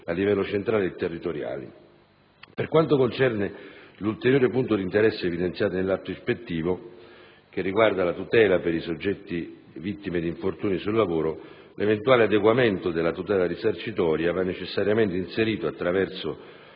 Per quanto concerne l'ulteriore punto d'interesse evidenziato nell'atto ispettivo, che riguarda la tutela per i soggetti vittime di infortuni sul lavoro, l'eventuale adeguamento della tutela risarcitoria va necessariamente inserito, attraverso